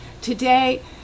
Today